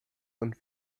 und